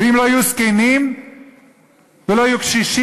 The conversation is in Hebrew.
ואם לא יהיו זקנים ולא יהיו קשישים?